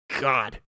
God